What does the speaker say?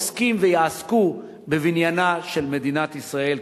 עוסקים ויעסקו בבניינה של מדינת ישראל,